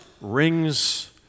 rings